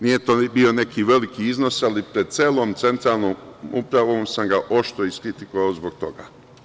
Nije to bio neki veliki iznos, ali pred celom Centralnom upravom sam ga oštro iskritikovao zbog toga.